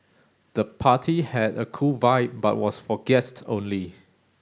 the party had a cool vibe but was for guests only